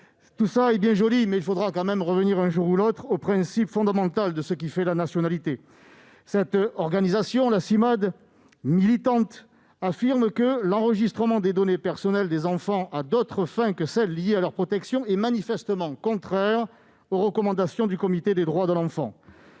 Tout cela est bien joli, mais il faudra tout de même revenir, un jour ou l'autre, au principe fondamental de ce qui fait la nationalité. La Cimade, cette organisation militante, affirme que l'enregistrement des données personnelles des enfants à d'autres fins que celles qui sont liées à leur protection est manifestement contraire aux recommandations du Comité des droits de l'enfant